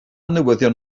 newyddion